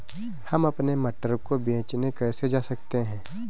हम अपने मटर को बेचने कैसे जा सकते हैं?